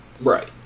Right